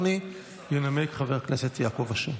של חברי הכנסת יעקב אשר